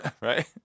Right